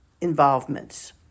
involvements